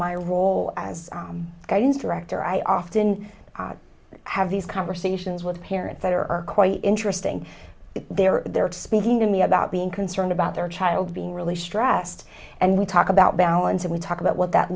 my role as against director i often have these conversations with parents that are quite interesting they are there speaking to me about being concerned about their child being really stressed and we talk about balance and we talk about what that